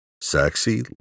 Sexy